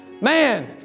man